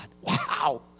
Wow